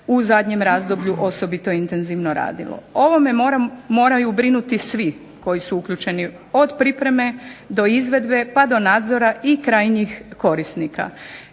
u zadnjem razdoblju osobito intenzivno radilo. O ovome moraju brinuti svi koji su uključeni od pripreme, do izvedbe, pa do nadzora i krajnjih korisnika